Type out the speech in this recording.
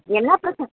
என்ன பிரச்சனை